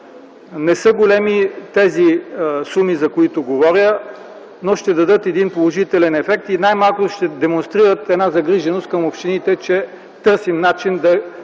Не са големи тези суми, за които говоря, но ще дадат един положителен ефект и най-малкото ще демонстрират загриженост към общините, че търсим начин да